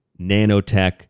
nanotech